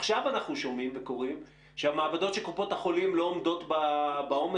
עכשיו אנחנו שומעים וקוראים שהמעבדות של קופות החולים לא עומדות בעומס